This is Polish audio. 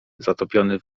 zatopiony